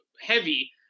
heavy